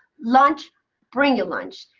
lunch bring your lunch.